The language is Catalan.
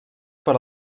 per